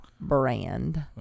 brand